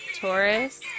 Taurus